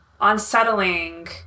unsettling